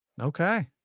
Okay